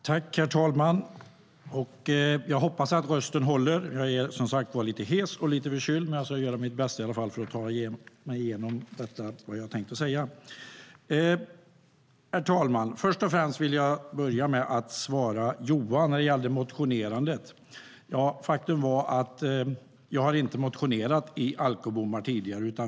Herr talman! Jag hoppas att rösten håller. Jag är lite hes och förkyld men ska göra mitt bästa för att ta mig igenom vad jag har tänkt säga. Jag vill börja med att svara Johan när det gäller motionerandet: Faktum var att jag inte har motionerat om alkobommar tidigare.